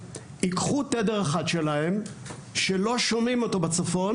ייקחו תדר אחד שלהם שלא שומעים אותו בצפון